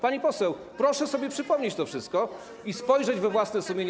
Pani poseł, proszę sobie przypomnieć to wszystko i spojrzeć we własne sumienie.